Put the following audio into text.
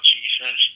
Jesus